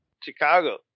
Chicago